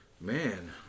Man